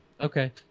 Okay